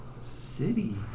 City